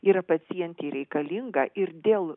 yra pacientei reikalinga ir dėl